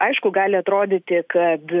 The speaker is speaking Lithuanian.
aišku gali atrodyti kad